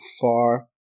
far